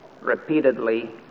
repeatedly